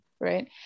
right